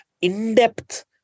in-depth